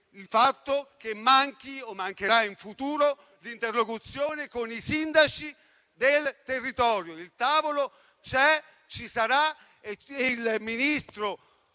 il fatto che in futuro manchi l'interlocuzione con i sindaci del territorio. Il tavolo c'è, ci sarà e il ministro